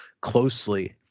closely